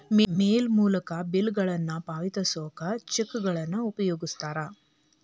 ಮೇಲ್ ಮೂಲಕ ಬಿಲ್ಗಳನ್ನ ಪಾವತಿಸೋಕ ಚೆಕ್ಗಳನ್ನ ಉಪಯೋಗಿಸ್ತಾರ